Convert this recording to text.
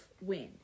win